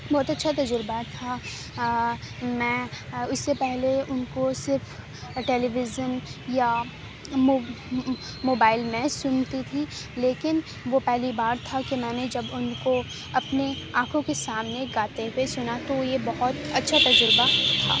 بہت اچھا تجربہ تھا میں اس سے پہلے ان کو صرف ٹیلی ویژن یا موب موبائل میں سنتی تھی لیکن وہ پہلی بار تھا کہ میں جب ان کو اپنی آنکھوں کے سامنے گاتے ہوئے سنا تو یہ بہت اچھا تجربہ تھا